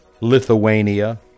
Lithuania